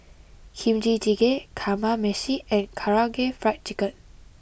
Kimchi Jjigae Kamameshi and Karaage Fried Chicken